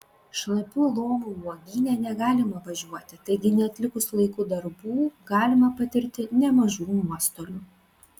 šlapių lomų uogyne negalima važiuoti taigi neatlikus laiku darbų galima patirti nemažų nuostolių